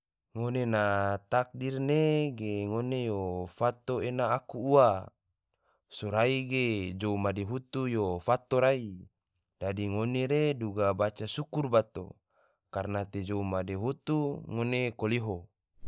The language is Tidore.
Ngone na takdir ne ge ngone yo fato ena aku ua, sorai ge jou madihutu yo fato rai, dadi none re duga baca syukur bato, karna te jou madihutu ngone koliho